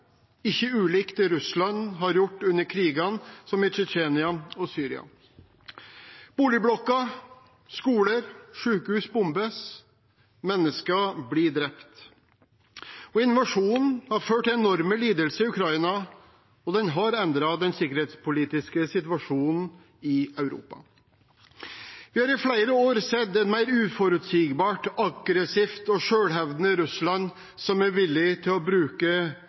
ikke ulikt det Russland har gjort under krigene i Tsjetsjenia og Syria. Boligblokker, skoler og sykehus bombes, mennesker blir drept, og invasjonen har ført til enorme lidelser i Ukraina, og den har endret den sikkerhetspolitiske situasjonen i Europa. Vi har i flere år sett et mer uforutsigbart, aggressivt og mer selvhevdende Russland, som er villig til å bruke